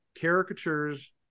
caricatures